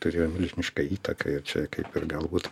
turėjo milžinišką įtaką ir čia kaip ir galbūt